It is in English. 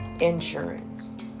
insurance